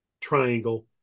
triangle